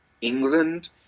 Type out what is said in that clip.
England